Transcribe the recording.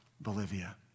Bolivia